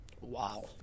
Wow